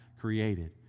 created